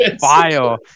fire